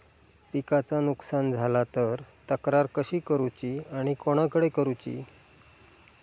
पिकाचा नुकसान झाला तर तक्रार कशी करूची आणि कोणाकडे करुची?